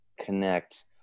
connect